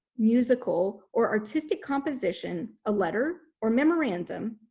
musical or artistic composition, a letter or memorandum,